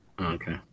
Okay